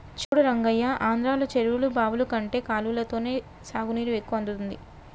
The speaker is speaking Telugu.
చూడు రంగయ్య ఆంధ్రలో చెరువులు బావులు కంటే కాలవలతోనే సాగునీరు ఎక్కువ అందుతుంది